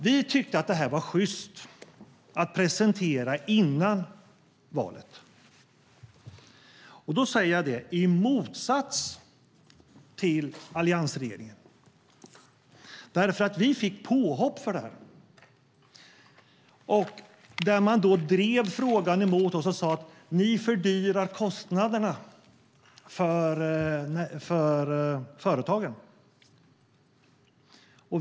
Vi tyckte, i motsats till alliansregeringen, att det var sjyst att presentera förslaget före valet. Vi fick nämligen påhopp för det. Man drev frågan mot oss och sade: Ni ökar kostnaderna för företagen.